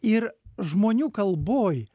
ir žmonių kalboj